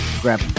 grab